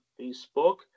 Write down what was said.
Facebook